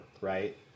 right